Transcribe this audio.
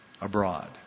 abroad